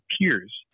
peers